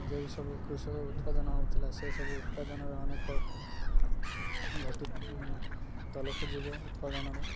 ଯେଉଁ ସବୁ କୃଷକ ଉତ୍ପାଦନ ହେଉଥିଲା ସେସବୁ ଉତ୍ପାଦନରେ ଅନେକ ଘଟିିତ ତଳକୁ ଯିବ ଉତ୍ପାଦନରେ